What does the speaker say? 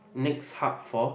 next hub for